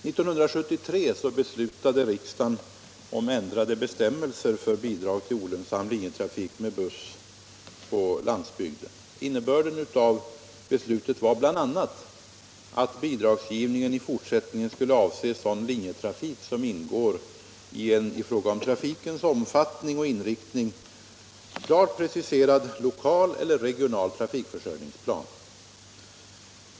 Herr talman! År 1973 beslutade riksdagen om ändrade bestämmelser för bidrag till olönsam linjetrafik med buss på landsbygden. Innebörden av beslutet var bl.a. att bidragsgivningen i fortsättningen skulle avse sådan linjetrafik som ingår i en i fråga om trafikens omfattning och inriktning klart preciserad lokal eller regional trafikförsörjningsplan.